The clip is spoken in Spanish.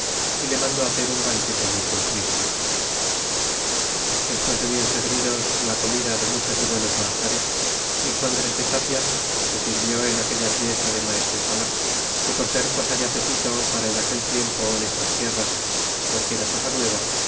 y le mandó hacer un banquete muy cumplido y despues de bien servidos en la comida de muchos y buenos manjares dixo andrea de tapia que sirvió en aquella fiesta de maestresala que por ser cosa de apetihypara en aquel tiempo en estas tierras porque era tosa nueva